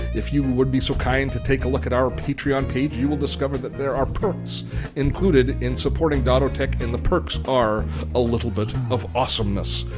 if you would be so kind to take a look at our patreon page, you will discover that there are perks included in supporting dottotech and the perks are a little bit of awesomeness.